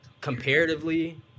comparatively